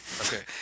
Okay